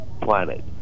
planet